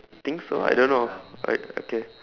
think so I don't know right okay